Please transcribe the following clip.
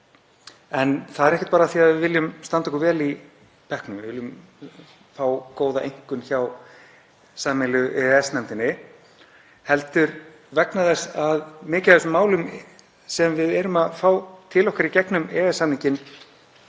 En það er ekki bara af því að við viljum standa okkur vel í bekknum, að við viljum fá góða einkunn hjá sameiginlegu EES-nefndinni, heldur vegna þess að mörg af þeim málum sem við erum að fá til okkar í gegnum EES-samninginn